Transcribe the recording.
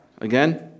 Again